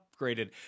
upgraded